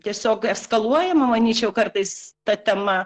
tiesiog eskaluojama manyčiau kartais ta tema